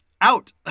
out